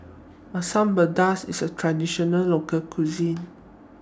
Asam Pedas IS A Traditional Local Cuisine